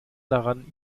daran